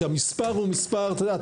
כי המספר הוא מספר, את יודעת.